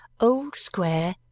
old square,